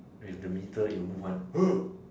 with the meter it will move one